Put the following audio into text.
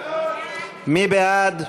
מי בעד?